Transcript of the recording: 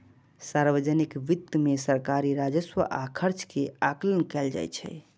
सार्वजनिक वित्त मे सरकारी राजस्व आ खर्च के आकलन कैल जाइ छै